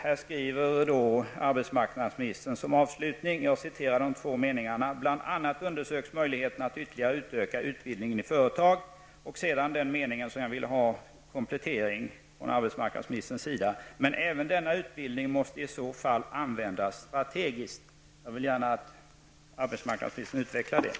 Där skriver arbetsmarknadsministern så här: ''Bl.a. undersöks möjligheterna att ytterligare utöka utbildningen i företag.'' Sedan följer en mening där jag ville ha en komplettering från arbetsmarknadsministern: ''Men även denna utbildning måste i så fall användas strategiskt.'' Jag vill gärna att statsrådet utvecklar detta.